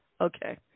Okay